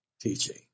teaching